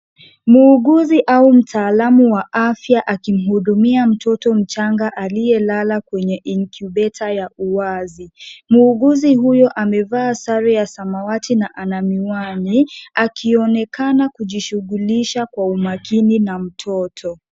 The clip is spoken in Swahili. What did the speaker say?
Muuguzi au mtaalamu wa afya akimhudumia mtoto mchanga aliyelala incubator ya uwazi. Muuguzi huyo amevaa sare ya samawati na ana miwani akionekana kujishughulisha kwa umakini na mtoto.